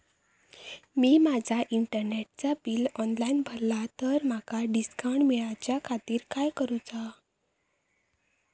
मी माजा इंटरनेटचा bill online भरला तर माका डिस्काउंट मिलाच्या खातीर काय करुचा?